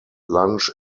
lunch